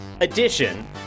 edition